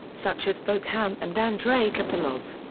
such as volk han and andrey kopylov.